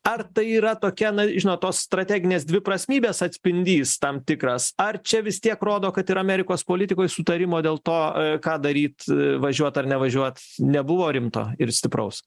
ar tai yra tokia na žinot tos strateginės dviprasmybės atspindys tam tikras ar čia vis tiek rodo kad ir amerikos politikoj sutarimo dėl to ką daryt važiuot ar nevažiuot nebuvo rimto ir stipraus